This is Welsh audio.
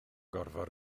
gorfod